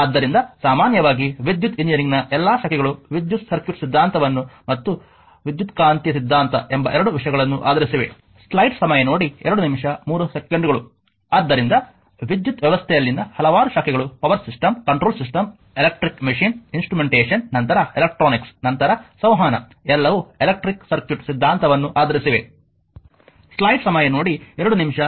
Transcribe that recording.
ಆದ್ದರಿಂದ ಸಾಮಾನ್ಯವಾಗಿ ವಿದ್ಯುತ್ ಎಂಜಿನಿಯರಿಂಗ್ನ ಎಲ್ಲಾ ಶಾಖೆಗಳು ವಿದ್ಯುತ್ ಸರ್ಕ್ಯೂಟ್ ಸಿದ್ಧಾಂತವನ್ನು ಮತ್ತು ವಿದ್ಯುತ್ಕಾಂತೀಯ ಸಿದ್ಧಾಂತ ಎಂಬ ಎರಡು ವಿಷಯಗಳನ್ನು ಆಧರಿಸಿವೆ ಆದ್ದರಿಂದ ವಿದ್ಯುತ್ ವ್ಯವಸ್ಥೆಯಲ್ಲಿನ ಹಲವಾರು ಶಾಖೆಗಳು power system control system electric machine instrumentation ನಂತರ ಎಲೆಕ್ಟ್ರಾನಿಕ್ಸ್ ನಂತರ ಸಂವಹನ ಎಲ್ಲವೂ ಎಲೆಕ್ಟ್ರಿಕ್ ಸರ್ಕ್ಯೂಟ್ ಸಿದ್ಧಾಂತವನ್ನು ಆಧರಿಸಿವೆ